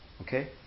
Okay